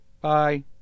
bye